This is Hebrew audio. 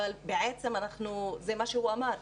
אבל זה מה שהוא אמר,